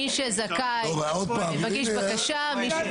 מי שזכאי יגיש בקשה.